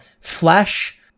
flash